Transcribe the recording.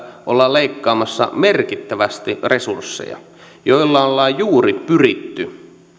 ollaan leikkaamassa merkittävästi resursseja joilla ollaan juuri pyritty